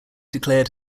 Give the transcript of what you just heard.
declared